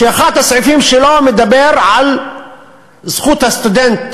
שאחד הסעיפים שלו מדבר על זכות הסטודנט,